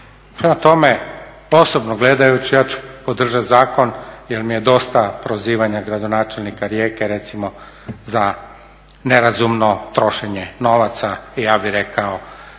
tome, osobno gledajući ja ću podržati zakon jer mi je dosta prozivanja gradonačelnika Rijeke recimo za nerazumno trošenje novaca i ja bih rekao